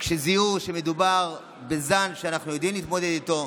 כשזיהו שמדובר בזן שאנחנו יודעים להתמודד איתו,